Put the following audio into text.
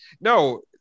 no